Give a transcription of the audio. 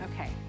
Okay